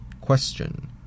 Question